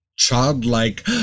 childlike